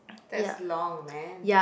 that's long man